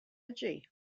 edgy